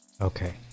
Okay